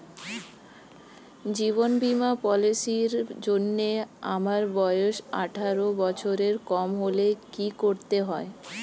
জীবন বীমা পলিসি র জন্যে আমার বয়স আঠারো বছরের কম হলে কি করতে হয়?